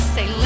Say